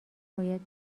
باید